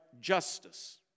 justice